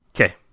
Okay